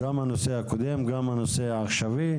גם בנושא הקודם וגם בנושא העכשווי,